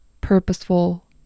purposeful